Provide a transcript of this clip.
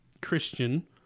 Christian